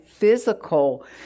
physical